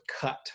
cut